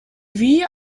wie